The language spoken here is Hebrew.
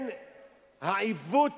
העיוות